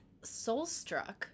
Soulstruck